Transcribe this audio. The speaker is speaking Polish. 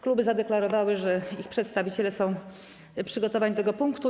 Kluby zadeklarowały, że ich przedstawiciele są przygotowani do tego punktu.